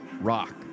Rock